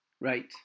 Right